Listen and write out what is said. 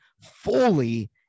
fully